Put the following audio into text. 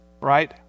right